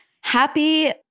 Happy